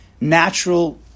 natural